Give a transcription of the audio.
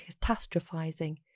catastrophizing